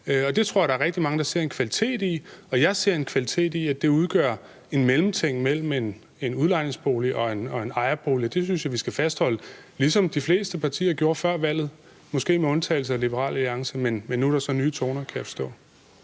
det tror jeg der er rigtig mange der ser en kvalitet i, og jeg ser en kvalitet i, at det udgør en mellemting mellem en udlejningsbolig og en ejerbolig. Det synes jeg vi skal fastholde, ligesom de fleste partier gjorde før valget – måske med undtagelse af Liberal Alliance – men nu er der så nye toner, kan jeg forstå.